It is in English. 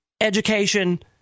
education